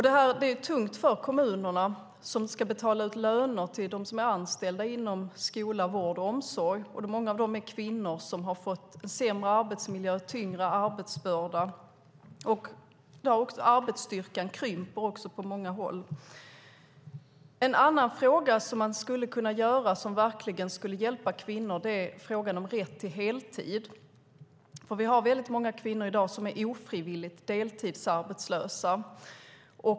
Det här är tungt för kommunerna, som ska betala ut löner till dem som är anställda inom skola, vård och omsorg. Många av dem är kvinnor som har fått sämre arbetsmiljö och tyngre arbetsbörda. Arbetsstyrkan krymper också på många håll. Det finns en fråga där man verkligen skulle kunna hjälpa kvinnor. Det är frågan om rätt till heltid. Vi har i dag många kvinnor som är ofrivilligt deltidsarbetslösa.